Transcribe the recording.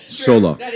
solo